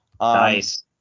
Nice